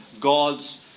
God's